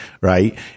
right